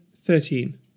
thirteen